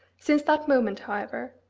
since that moment, however,